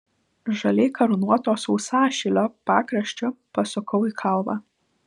žaliai karūnuoto sausašilio pakraščiu pasukau į kalvą